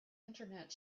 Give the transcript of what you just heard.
internet